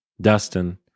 Dustin